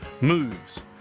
Moves